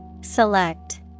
Select